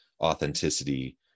authenticity